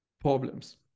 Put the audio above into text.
problems